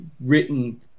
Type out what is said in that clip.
written